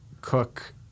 Cook